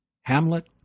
Hamlet